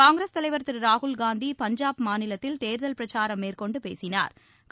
காங்கிரஸ் தலைவர் திரு ராகுல்காந்தி பஞ்சாப் மாநிலத்தில் தேர்தல் பிரச்சாரம் மேற்கொண்டு பேசினா்